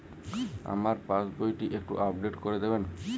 আমার পাসবই টি একটু আপডেট করে দেবেন?